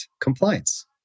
compliance